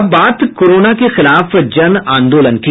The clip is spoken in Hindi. और अब बात कोरोना के खिलाफ जनआंदोलन की